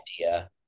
idea